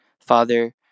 father